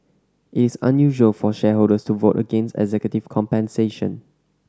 it is unusual for shareholders to vote against executive compensation